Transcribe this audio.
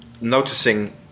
noticing